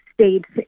states